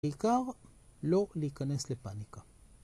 בעיקר לא להיכנס לפאניקה